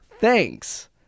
Thanks